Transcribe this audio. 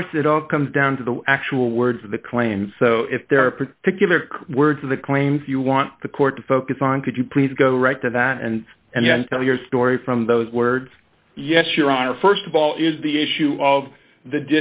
course it all comes down to the actual words of the claims so if there are particular words of the claims you want the court to focus on could you please go right to that end and then tell your story from those words yes your honor st of all is the issue of the